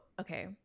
Okay